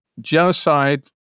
genocide